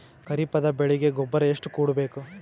ಖರೀಪದ ಬೆಳೆಗೆ ಗೊಬ್ಬರ ಎಷ್ಟು ಕೂಡಬೇಕು?